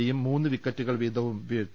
ഡിയും മൂന്ന് വിക്കറ്റുകൾ വീതവും വീഴ്ത്തി